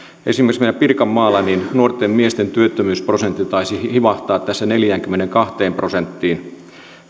esimerkiksi meillä pirkanmaalla nuorten miesten työttömyysprosentti taisi hivahtaa tässä neljäänkymmeneenkahteen prosenttiin